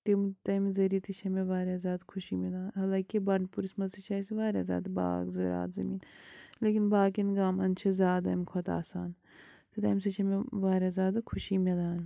تِم تَمہِ ذٔریعہِ تہِ چھےٚ مےٚ واریاہ زیادٕ خوشی مِلان حالانٛکہِ بَنٛڈٕپوٗرِس منٛز تہِ چھِ اَسہِ واریاہ زیادٕ باغ زِراعت زٔمیٖن لیکِن باقِیَن گامَن چھِ زیادٕ اَمہِ کھۄتہٕ آسان تہٕ تَمہِ سۭتۍ چھےٚ مےٚ واریاہ زیادٕ خوشی مِلان